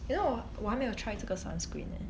you know 我我还没有 try 这个 sunscreen eh